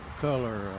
color